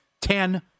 ten